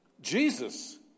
Jesus